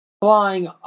flying